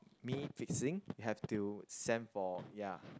me fixing have to send for ya